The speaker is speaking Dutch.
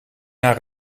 naar